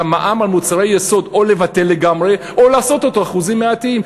המע"מ על מוצרי יסוד או לבטל לגמרי או לעשות אותו אחוזים מעטים?